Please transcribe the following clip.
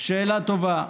שאלה טובה.